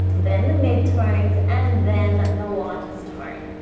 then the mid tones and then the lightest tone,